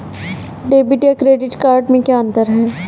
Debit या credit card में क्या अन्तर है?